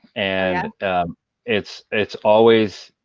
and ah it's it's always,